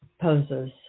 poses